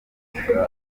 zihabwa